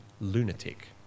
lunatic